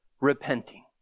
repenting